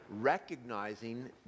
recognizing